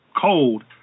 cold